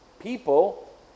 people